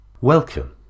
Welcome